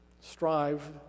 Strive